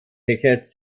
tickets